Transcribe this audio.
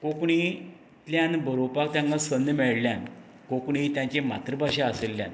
कोंकणींतल्यान बरोवपाक तांकां संद मेळ्ळ्यान कोंकणी तांची मातृभाशा आशिल्ल्यान